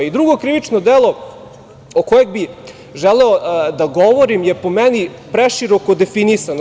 Drugo krivično delo o kojem bih želeo da govorim je po meni preširoko definisano.